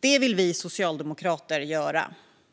Det vill vi socialdemokrater göra.